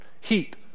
heat